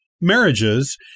marriages